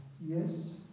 Yes